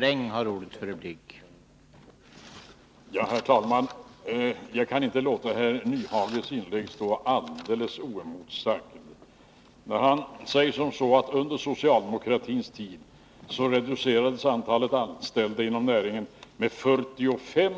Herr talman! Jag kan inte låta herr Nyhages inlägg stå alldeles oemotsagt, när han säger att antalet anställda inom näringen under socialdemokratins tid reducerades med 45